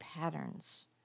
patterns